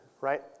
right